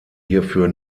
hierfür